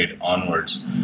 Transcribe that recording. Onwards